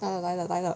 oh 来了来了